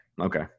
Okay